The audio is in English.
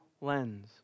lens